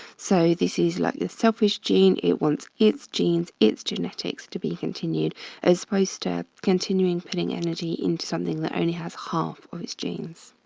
so this is like the selfish gene. it wants its genes, its genetics to be continued as opposed to continuing putting energy into something that only has half or its genes.